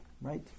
right